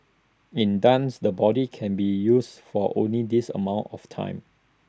in dance the body can be used for only this amount of time